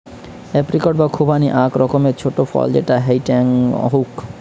apricot বা খুবানি আক রকমের ছোট ফল যেটা হেংটেং হউক